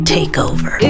Takeover